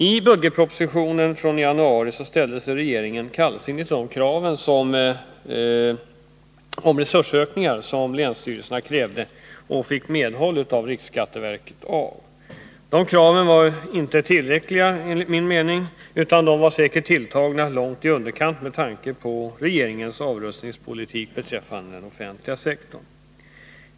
I budgetpropositionen i januari ställde sig regeringen kallsinnig till länsstyrelsernas krav på resursökningar, som riksskatteverket tillstyrkte. De kraven var inte tillräckliga, enligt min mening, utan de var säkert tilltagna långt i underkant — med tanke på regeringens avrustningspolitik beträffande den offentliga sektorn.